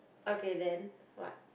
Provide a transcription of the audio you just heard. okay then what